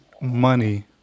money